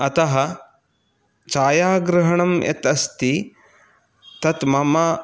अतः छायाग्रहणं यत् अस्ति तत् मम